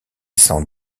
s’en